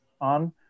on